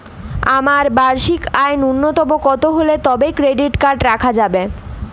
আমার বার্ষিক আয় ন্যুনতম কত হলে তবেই ক্রেডিট কার্ড রাখা যাবে?